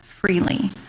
freely